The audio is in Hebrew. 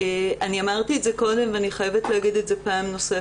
אמרתי קודם ואני חייבת להגיד פעם נוספת.